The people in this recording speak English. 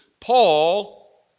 Paul